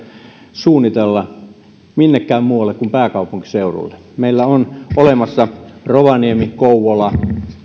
suunnitella minnekään muualle kuin pääkaupunkiseudulle meillä on olemassa esimerkiksi rovaniemi kouvola